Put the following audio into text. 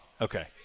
Okay